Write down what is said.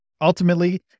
Ultimately